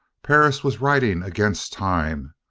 perris was riding against time,